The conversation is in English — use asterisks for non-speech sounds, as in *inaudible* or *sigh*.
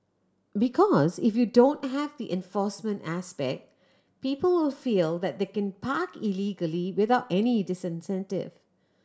because if you don't have the enforcement aspect people will feel that they can park illegally without any *unintelligible* disincentive